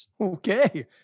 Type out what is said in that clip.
Okay